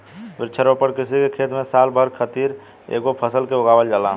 वृक्षारोपण कृषि के खेत में साल भर खातिर एकेगो फसल के उगावल जाला